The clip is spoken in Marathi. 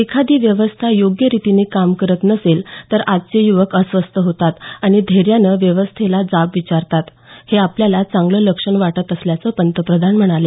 एखादी व्यवस्था योग्य रीतीनं काम करत नसेल तर आजचे युवक अस्वस्थ होतात आणि धैर्यानं व्यवस्थेला जाब देखील विचारतात हे आपल्याला चांगलं लक्षण वाटत असल्याचं पंतप्रधान म्हणाले